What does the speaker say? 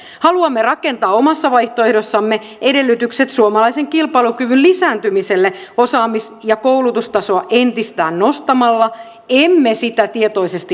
haluamme rakentaa omassa vaihtoehdossamme edellytykset suomalaisen kilpailukyvyn lisääntymiselle osaamis ja koulutustasoa entisestään nostamalla emme sitä tietoisesti laskemalla